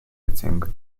dezember